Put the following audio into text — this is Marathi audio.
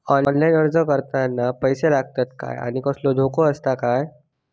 ऑनलाइन अर्ज करताना पैशे लागतत काय आनी कसलो धोको आसा काय?